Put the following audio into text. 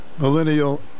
Millennial